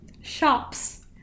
Shops